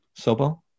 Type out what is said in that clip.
Sobo